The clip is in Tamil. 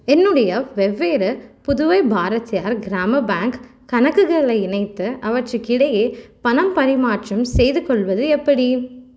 என்னுடைய வெவ்வேறு புதுவை பாரதியார் கிராம பேங்க் கணக்குகளை இணைத்து அவற்றுக்கிடையே பணம் பரிமாற்றம் செய்துகொள்வது எப்படி